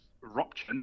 rupture